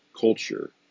culture